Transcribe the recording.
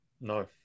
No